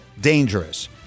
dangerous